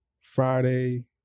Friday